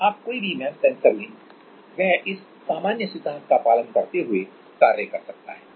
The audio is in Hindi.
आप कोई भी एमईएमएस सेंसर लें वह इस सामान्य सिद्धांत का पालन करते हुए कार्य कर सकता है